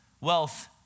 Wealth